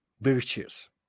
virtues